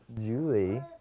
Julie